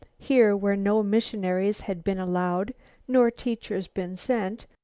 here where no missionaries had been allowed nor teachers been sent,